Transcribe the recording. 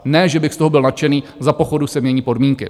Ne že bych z toho byl nadšený, za pochodu se mění podmínky.